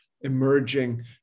emerging